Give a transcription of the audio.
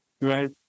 Right